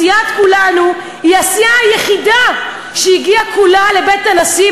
סיעת כולנו היא הסיעה היחידה שהגיעה כולה לבית הנשיא,